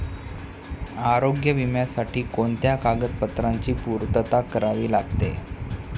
आरोग्य विम्यासाठी कोणत्या कागदपत्रांची पूर्तता करावी लागते?